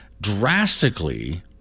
drastically